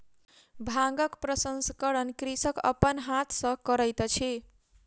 भांगक प्रसंस्करण कृषक अपन हाथ सॅ करैत अछि